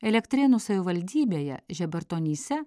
elektrėnų savivaldybėje žebartonyse